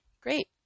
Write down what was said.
great